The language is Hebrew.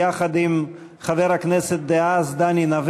יחד עם חברי הכנסת דאז דני נוה